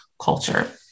culture